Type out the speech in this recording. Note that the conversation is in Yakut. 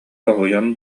соһуйан